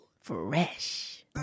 fresh